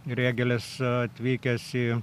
atvykęs į